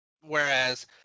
Whereas